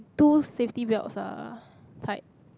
two safety belts ah tied